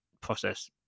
process